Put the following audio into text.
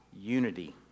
Unity